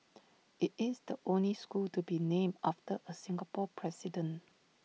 IT is the only school to be named after A Singapore president